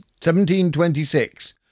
1726